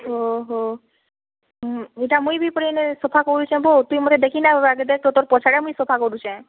ଓହୋ ଉଁ ଏଇଟା ମୁଇଁ ବି ପୁରେ ଏଇନେ ସଫା କରୁଛେ ବୋ ତୁଇ ମୋତେ ଦେଖିନାଉ ଆଗେ ଦେଖ୍ ତୁ ତୋର୍ ପଛା କେ ମୁଇଁ ସଫା କରୁଛେଁ